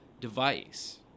device